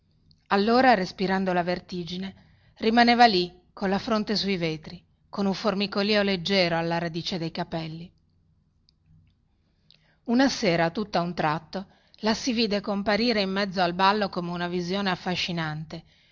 allora respirando la vertigine rimaneva lì colla fronte sui vetri con un formicolìo leggero alla radice dei capelli una sera tutta un tratto la si vide comparire in mezzo al ballo come una visione affascinante